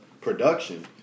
production